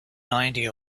ninety